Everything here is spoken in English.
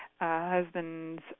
husband's